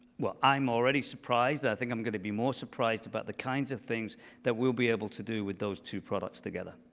well, i'm already surprised. and i think i'm going to be more surprised about the kinds of things that we'll be able to do with those two products together.